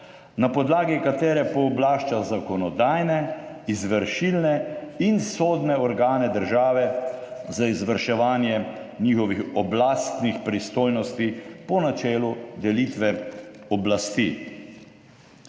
na podlagi katere pooblašča zakonodajne, izvršilne in sodne organe države za izvrševanje njihovih oblastnih pristojnosti po načelu delitve oblasti,